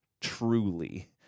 truly